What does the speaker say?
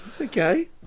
Okay